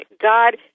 God